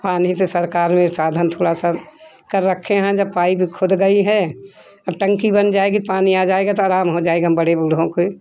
पानी से सरकार ने साधन थोड़ा सा कर रखे हैं जब पाइप खुद गई है और टंकी बन जाएगी पानी आ जाएगा तो आराम हो जाएगा बड़े बूढ़ों पर